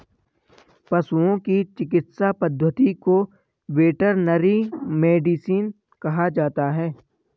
पशुओं की चिकित्सा पद्धति को वेटरनरी मेडिसिन कहा जाता है